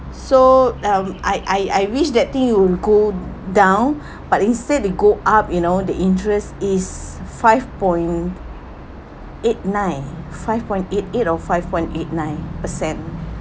so um I I I wish that think it would go down but instead it go up you know the interest is five point eight nine five point eight eight or five point eight nine percent